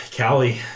Callie